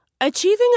Achieving